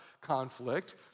Conflict